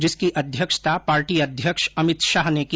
जिसकी अध्यक्षता पार्टी अध्यक्ष अमित शाह ने की